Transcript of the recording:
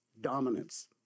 dominance